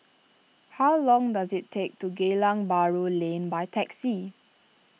how long does it take to Geylang Bahru Lane by taxi